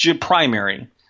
primary